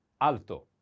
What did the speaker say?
Alto